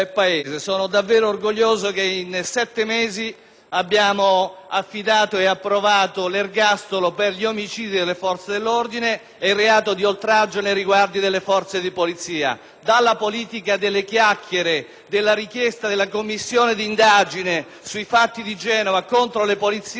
di omicidio di appartenenti alle forze dell'ordine, nonché il reato di oltraggio nei riguardi delle forze di polizia. Dalla politica delle chiacchiere, dalla richiesta della Commissione d'indagine sui fatti di Genova contro le polizie ad una politica del diritto di tutela delle istituzioni dello Stato.